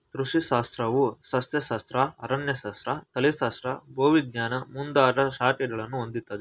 ಕೃಷಿ ಶಾಸ್ತ್ರವು ಸಸ್ಯಶಾಸ್ತ್ರ, ಅರಣ್ಯಶಾಸ್ತ್ರ, ತಳಿಶಾಸ್ತ್ರ, ಭೂವಿಜ್ಞಾನ ಮುಂದಾಗ ಶಾಖೆಗಳನ್ನು ಹೊಂದಿದೆ